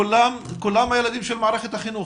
כולם, כולם הם הילדים של מערכת החינוך